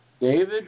David